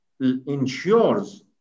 ensures